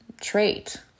trait